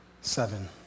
seven